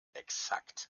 exakt